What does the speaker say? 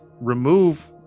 remove